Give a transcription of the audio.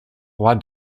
roi